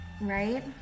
Right